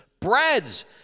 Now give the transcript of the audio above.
breads